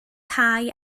cau